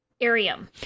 Arium